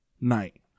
night